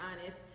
honest